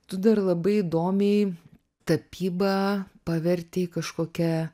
tu dar labai įdomiai tapybą pavertei kažkokia